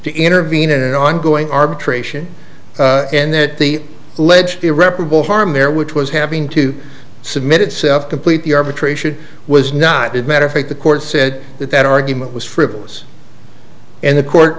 to intervene in an ongoing arbitration and that the alleged irreparable harm there which was having to submit itself completely arbitration was not a matter of fact the court said that that argument was frivolous and the